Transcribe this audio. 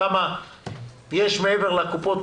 כ"א בכסלו התשפ"א,